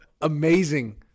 amazing